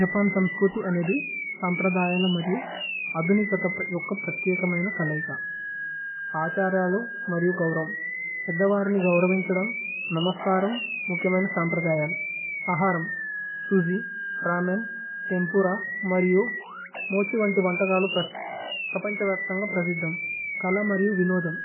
Japan സമ്സ്ക്രുതി അനേ ദി സമ്പ്രദയല മരിയു। അദുനികത ഏക്ക പ്രതികമയന കലയിക। ആഛര്യലു മരിയു ഗൌരമ് പേദ്ദവരനി। ഗൌരവിന്ഛിദമ് നമസ്കരമ് മുകിമേനേ സമ്പ്ര। ദയല് അഹരമ്, സുജി, രമേന്, തേമ്പുര മരിയു। മോഛി വന്തിവന്തകലു പ്രസിദ്ദമ്। പ്രപന്ഛവപ്ഥന്ഗ പ്രസിദ്ദമ് കല മരിയു। വിനോദമ്